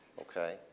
Okay